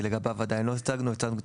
כי עדיין לא הצגנו אותו לגביו; הצגנו את